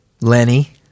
Lenny